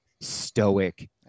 stoic